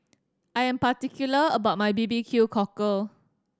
I am particular about my B B Q Cockle